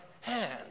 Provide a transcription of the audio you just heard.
hand